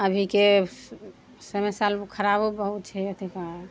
अभीके समय साल खराबो बहुत छै अथि